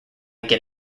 get